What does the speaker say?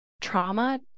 Trauma